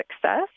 success